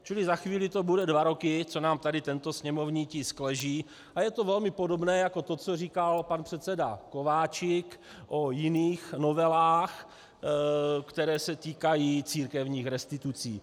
Čili za chvíli to budou dva roky, co nám tady tento sněmovní tisk leží, a je to velmi podobné jako to, co říkal pan předseda Kováčik o jiných novelách, které se týkají církevních restitucí.